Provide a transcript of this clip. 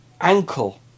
ankle